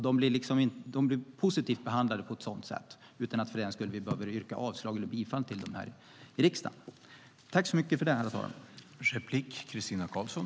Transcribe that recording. På ett sådant sätt blir de positivt behandlade utan att vi för den skull behöver yrka bifall eller avslag till dem här i riksdagen.